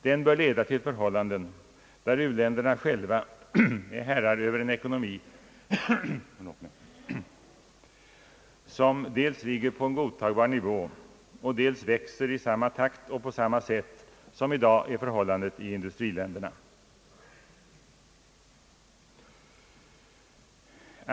Den bör leda till förhållanden där u-länderna själva är herrar över en ekonomi som dels ligger på en godtagbar nivå och dels växer i samma takt och på samma sätt som i dag är fallet i industriländerna.